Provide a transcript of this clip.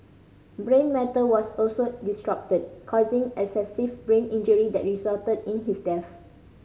brain matter was also disrupted causing excessive brain injury that resulted in his death